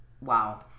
Wow